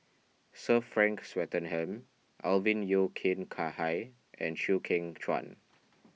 Sir Frank Swettenham Alvin Yeo Khirn Hai and Chew Kheng Chuan